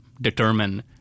determine